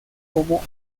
como